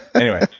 anyway,